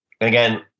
again